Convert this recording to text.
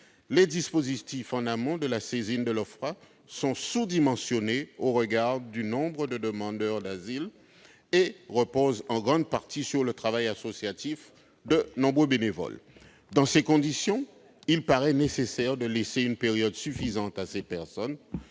les dispositifs en amont de la saisine de l'OFPRA sont sous-dimensionnés au regard du nombre de demandes d'asile et reposent en grande partie sur le travail associatif de nombreux bénévoles. Dans ces conditions, il paraît nécessaire de laisser une période suffisante à ces personnes